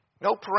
No